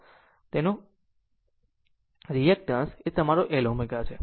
આમ તેનો રીએક્ટન્સ એ તમારો L ω છે